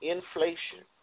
Inflation